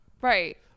Right